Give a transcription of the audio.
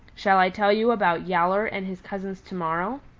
shall i tell you about yowler and his cousins to-morrow?